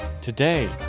Today